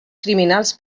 criminals